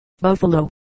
Buffalo